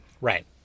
Right